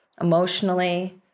emotionally